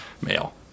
male